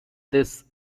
this